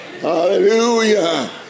Hallelujah